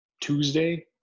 Tuesday